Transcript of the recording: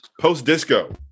post-disco